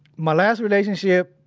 my last relationship,